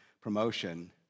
promotion